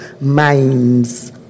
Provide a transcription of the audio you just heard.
minds